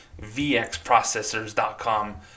vxprocessors.com